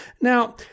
Now